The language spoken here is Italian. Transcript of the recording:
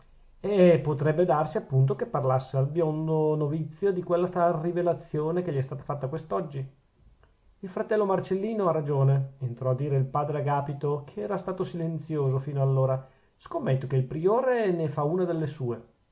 eh potrebbe darsi appunto che parlasse al biondo novizio di quella tal rivelazione che gli è stata fatta quest'oggi il fratello marcellino ha ragione entrò a dire il padre agapito che era stato silenzioso fino allora scommetto che il priore ne fa una delle sue